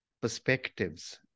perspectives